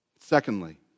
Secondly